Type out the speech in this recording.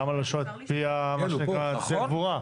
למה שלא נשאל את מה שנקרא פי הגבורה.